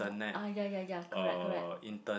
orh ah ya ya ya correct correct